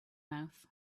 mouth